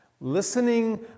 Listening